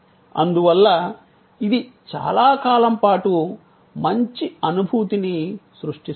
అందువల్ల ఇది చాలా కాలం పాటు మంచి అనుభూతిని సృష్టిస్తుంది